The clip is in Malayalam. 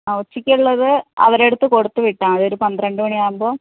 ഉച്ചക്ക് ഉള്ളത് അവരെടുത്ത് കൊടുത്തു വിട്ടാൽ മതി ഒരു പന്ത്രണ്ട് മണി ആകുമ്പോൾ